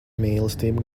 mīlestība